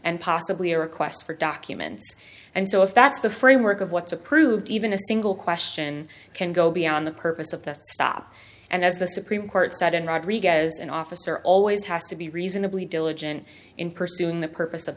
and possibly a request for documents and so if that's the framework of what's approved even a single question can go beyond the purpose of the stop and as the supreme court said in rodriguez and officer always has to be reasonably diligent in pursuing the purpose of